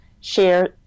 share